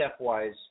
stepwise